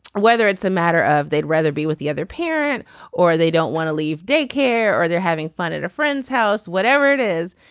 whether it's a matter of they'd rather be with the other parent or they don't want to leave daycare or they're having fun at a friend's house whatever it is.